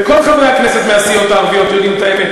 וכל חברי הכנסת מהסיעות הערביות יודעים את האמת.